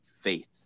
faith